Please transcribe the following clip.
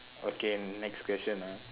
okay next question ah